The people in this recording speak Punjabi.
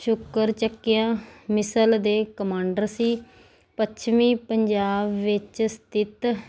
ਸ਼ੁਕਰਚਕੀਆ ਮਿਸਲ ਦੇ ਕਮਾਂਡਰ ਸੀ ਪੱਛਮੀ ਪੰਜਾਬ ਵਿੱਚ ਸਥਿਤ